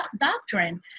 doctrine